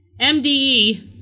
MDE